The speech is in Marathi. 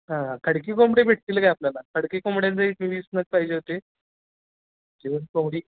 हां खडकी कोंबडी भेटतील काय आपल्याला खडकी कोंबड्यांचे एक वीस नग पाहिजे होते जिवंत कोंबडी